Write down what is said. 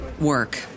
work